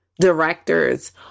directors